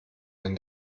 wenn